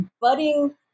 budding